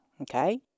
okay